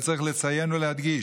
את זה צריך לציין ולהדגיש,